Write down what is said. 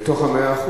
בתוך ה-100%.